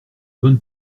bonne